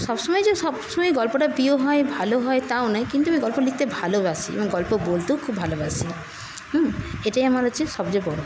সবসময় যে সবসময় গল্পটা প্রিয় হয় ভালো হয় তাও নয় কিন্তু আমি গল্প লিখতে ভালোবাসি এবং গল্প বলতেও খুব ভালোবাসি এটাই আমার হচ্ছে সবচেয়ে বড়